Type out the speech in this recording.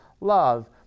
love